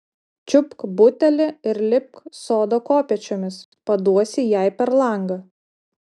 čiupk butelį ir lipk sodo kopėčiomis paduosi jai per langą